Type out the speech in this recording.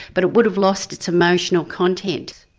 but it would have lost its emotional content.